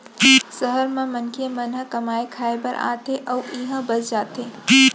सहर म मनखे मन ह कमाए खाए बर आथे अउ इहें बस जाथे